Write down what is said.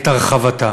את הרחבתה.